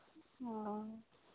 ओ